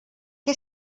què